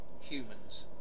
humans